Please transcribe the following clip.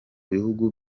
bihugu